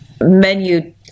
menu